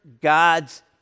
God's